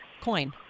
coin